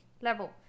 level